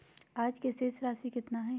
आज के शेष राशि केतना हइ?